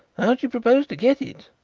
how do you propose to get it?